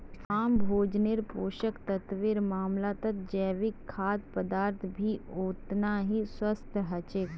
आम भोजन्नेर पोषक तत्वेर मामलाततजैविक खाद्य पदार्थ भी ओतना ही स्वस्थ ह छे